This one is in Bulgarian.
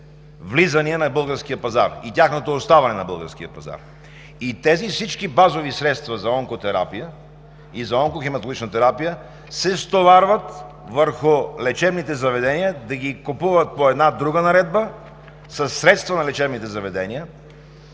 влизания и тяхното оставане на българския пазар. Всички тези базови средства за онкотерапия и за онкохематологичната терапия се стоварват върху лечебните заведения – да ги купуват по една друга наредба със средства на лечебните заведения.